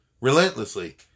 relentlessly